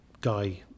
guy